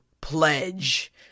pledge